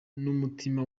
n’umutima